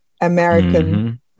American